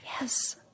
Yes